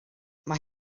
mae